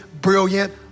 brilliant